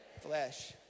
flesh